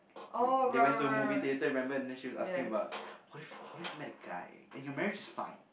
they went to a movie theatre remember and then she was asking about what if what if I met a guy and your marriage is fine